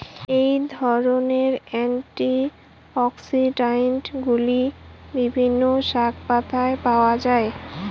এই ধরনের অ্যান্টিঅক্সিড্যান্টগুলি বিভিন্ন শাকপাতায় পাওয়া য়ায়